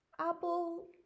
apple